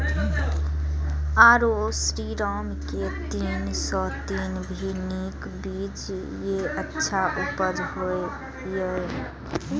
आरो श्रीराम के तीन सौ तीन भी नीक बीज ये अच्छा उपज होय इय?